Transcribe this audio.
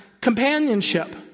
companionship